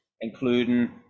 including